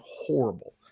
horrible